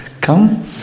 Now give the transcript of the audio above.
come